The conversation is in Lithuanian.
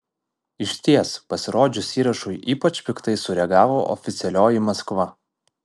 išties pasirodžius įrašui ypač piktai sureagavo oficialioji maskva